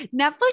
Netflix